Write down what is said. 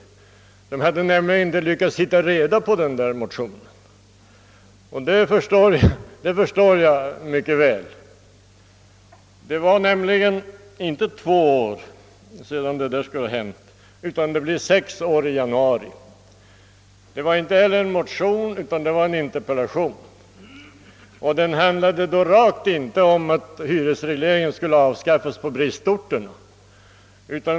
Man hade nämligen inte lyckats finna denna motion. Det förstår jag mycket väl. Det var nämligen inte två år sedan detta skulle ha hänt, utan det blir sex år i januari. Det var inte heller en motion, utan det var en interpellation, och denna handlade då rakt inte om hyresregleringens avskaffande på bristorterna.